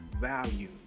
value